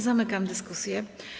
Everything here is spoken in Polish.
Zamykam dyskusję.